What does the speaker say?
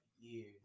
years